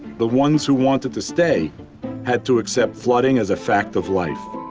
the ones who wanted to stay had to accept flooding as a fact of life.